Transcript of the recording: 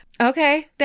Okay